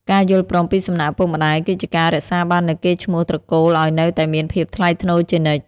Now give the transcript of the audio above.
ការយល់ព្រមពីសំណាក់ឪពុកម្ដាយគឺជាការរក្សាបាននូវកេរ្តិ៍ឈ្មោះត្រកូលឱ្យនៅតែមានភាពថ្លៃថ្នូរជានិច្ច។